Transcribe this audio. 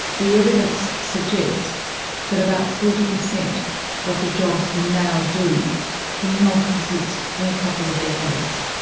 the evidence suggests that about forty percent of the jobs we now do will not exist in a couple of decades.